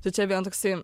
tai čia vien toksai